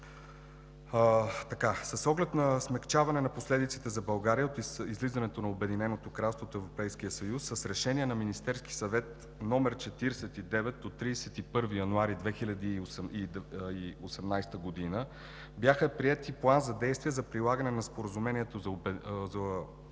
С оглед на смекчаване на последиците за България от излизането на Обединеното кралство от Европейския съюз с Решение на Министерския съвет № 49 от 31 януари 2018 г. бяха приети План за действие за прилагане на Споразумението за оттегляне